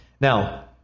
Now